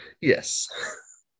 Yes